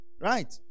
Right